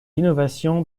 innovation